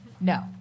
No